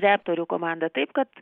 reptorių komandą taip kad